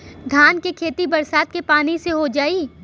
धान के खेती बरसात के पानी से हो जाई?